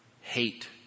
hate